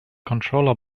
controller